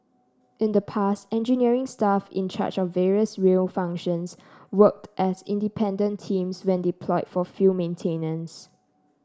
in the past engineering staff in charge of various rail functions worked as independent teams when deploy for field maintenance